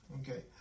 Okay